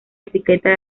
etiqueta